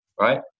right